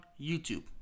YouTube